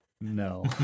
no